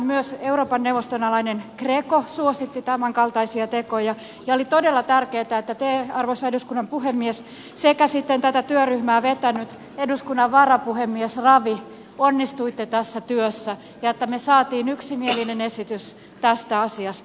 myös euroopan neuvoston alainen greco suositti tämänkaltaisia tekoja ja oli todella tärkeätä että te arvoisa eduskunnan puhemies sekä sitten tätä työryhmää vetänyt eduskunnan varapuhemies ravi onnistuitte tässä työssä ja että me saimme yksimielisen esityksen tästä asiasta